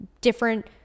different